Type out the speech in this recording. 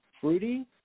fruity